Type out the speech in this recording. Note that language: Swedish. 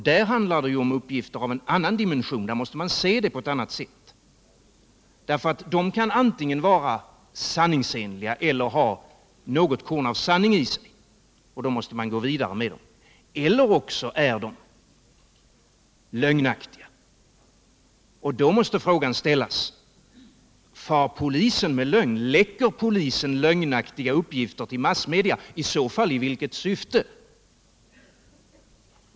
Där handlar det ju om uppgifter av en annan dimension. Här måste man se saken på ett annat sätt, eftersom dessa uppgifter kan vara sanningsenliga eller ha något korn av sanning i sig. Och då måste man gå vidare. Eller också är uppgifterna lögnaktiga, och då måste man ' fråga sig: Läcker polisen ut lögnaktiga uppgifter till massmedia och, i så fall, i vilket syfte?